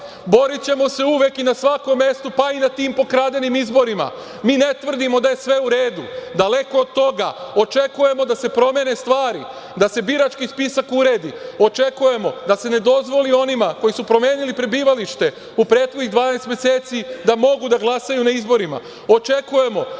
telima. Borićemo se uvek i na svakom mestu, pa i na tim pokradenim izborim. Mi ne tvrdimo da je sve u redu. Daleko od toga. Očekujemo da se promene stvari, da se birački spisak uredi. Očekujemo da se ne dozvoli onima koji su promenili prebivalište u prethodnih 12 meseci da mogu da glasaju na izborima.